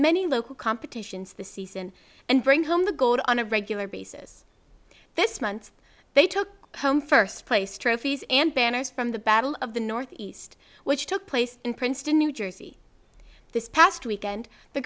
many local competitions this season and bring home the gold on a regular basis this month they took home first place trophies and banners from the battle of the north east which took place in princeton new jersey this past weekend the